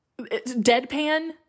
deadpan